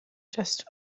just